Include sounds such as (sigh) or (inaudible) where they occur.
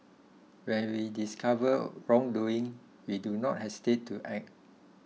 when we discover (hesitation) wrongdoing we do not hesitate to act